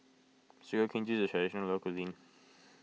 Sugar Cane Juice is a Traditional Local Cuisine